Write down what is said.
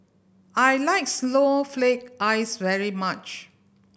I like snowflake ice very much